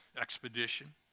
expedition